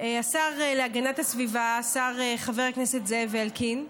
השר להגנת הסביבה, חבר הכנסת זאב אלקין.